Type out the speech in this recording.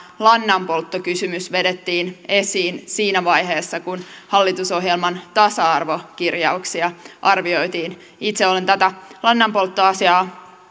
lannanpolttokysymys vedettiin esiin siinä vaiheessa kun hallitusohjelman tasa arvokirjauksia arvioitiin itse olen tätä lannanpolttoasiaa